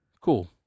cool